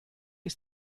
ist